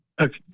Okay